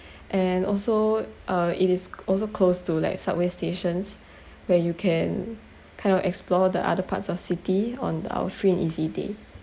and also uh it is also close to like subway stations where you can kind of explore the other parts of city on our free and easy day